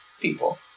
people